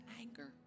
anger